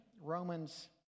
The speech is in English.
Romans